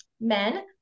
men